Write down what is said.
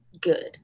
good